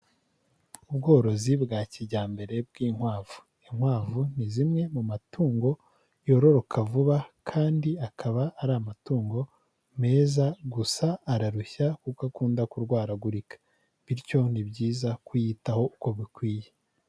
Ubworozi bwa kijyambere bw'inkwavu, inkwavu ni zimwe mu matungo yororoka vuba kandi akaba ari amatungo meza gusa ararushya kuko akunda kurwaragurika, bityo ni byiza kuyitaho uko bikwiye.